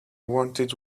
wanted